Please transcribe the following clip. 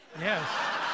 Yes